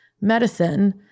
medicine